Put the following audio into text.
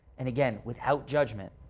and again, without judgment.